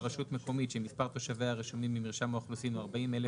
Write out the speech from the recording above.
רשות מקומית שמספר תושביה הרשומים במרשם האוכלוסין הוא 40,000